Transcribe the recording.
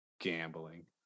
gambling